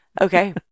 Okay